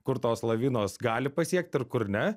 kur tos lavinos gali pasiekt ir kur ne